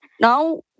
Now